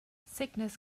sickness